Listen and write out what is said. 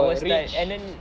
I was like and then